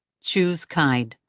choose kind.